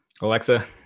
Alexa